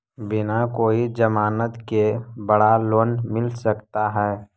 बिना कोई जमानत के बड़ा लोन मिल सकता है?